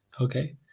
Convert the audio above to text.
okay